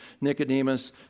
Nicodemus